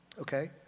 okay